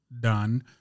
done